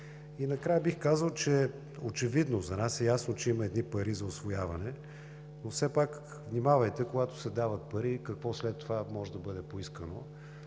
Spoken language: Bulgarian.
Накрая бих казал, че очевидно – за нас е ясно, че има пари за усвояване, но все пак внимавайте, когато се дават пари какво след това може да бъде поискано.